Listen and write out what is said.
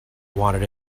wanted